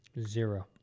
Zero